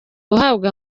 uhabwa